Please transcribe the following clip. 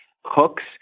hooks